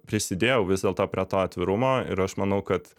prisidėjau vis dėlto prie to atvirumo ir aš manau kad